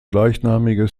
gleichnamige